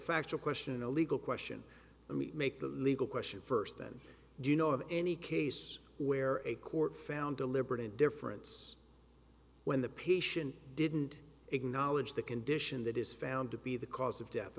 factual question a legal question let me make the legal question first then do you know of any case where a court found deliberate indifference when the patient didn't acknowledge the condition that is found to be the cause of death